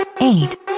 eight